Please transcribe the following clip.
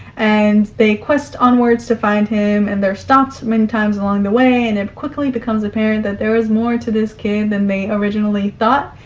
and they quest onwards to find him, and they're stopped many times along the way, and it quickly becomes apparent that there was more to this kid than they originally thought.